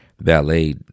ballet